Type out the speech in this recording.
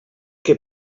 que